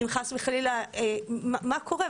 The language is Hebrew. מה קורה?